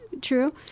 True